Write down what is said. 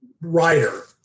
writer